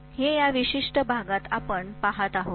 हे या विशिष्ट विभागात आपण पहात आहोत